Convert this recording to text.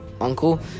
uncle